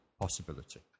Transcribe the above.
possibility